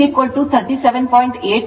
106 C 2 37